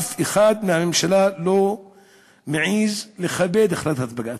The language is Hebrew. אף אחד מהממשלה לא מעז לכבד החלטת בג"ץ.